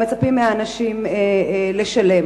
מצפים מאנשים לשלם,